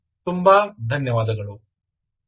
ತುಂಬಾ ಧನ್ಯವಾದಗಳು